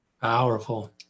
Powerful